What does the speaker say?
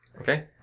Okay